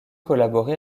collaboré